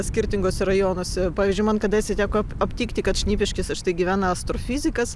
skirtingose rajonuose pavyzdžiui man kadaise teko aptikti kad šnipiškėse štai gyvena astrofizikas